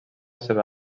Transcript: seva